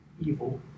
evil